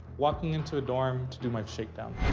walking into a dorm to do my shake down.